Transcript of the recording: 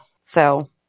So-